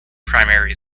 primary